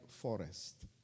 Forest